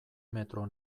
metro